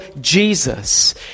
Jesus